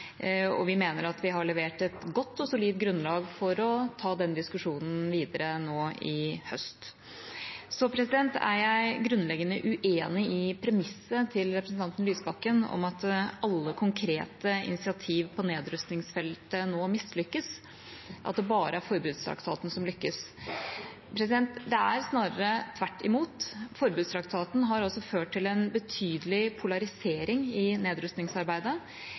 og vi mener at vi har levert et godt og solid grunnlag for å ta den diskusjonen videre nå i høst. Så er jeg grunnleggende uenig i premisset til representanten Lysbakken om at alle konkrete initiativ på nedrustningsfeltet nå mislykkes, at det bare er forbudstraktaten som lykkes. Det er snarere tvert imot. Forbudstraktaten har ført til en betydelig polarisering i nedrustningsarbeidet,